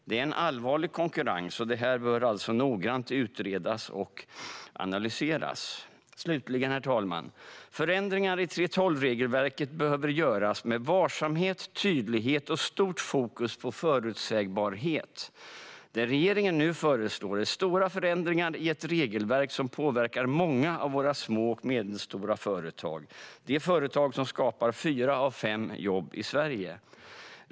Det är en allvarlig konsekvens. Detta bör alltså noggrant utredas och analyseras. Herr talman! Förändringar i 3:12-regelverket behöver göras med varsamhet, tydlighet och stort fokus på förutsägbarhet. Det regeringen nu föreslår är stora förändringar i ett regelverk som påverkar många av våra små och medelstora företag - det är de företag som skapar fyra av fem jobb i Sverige.